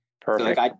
Perfect